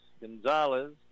Gonzalez